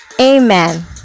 amen